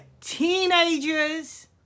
teenagers